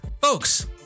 folks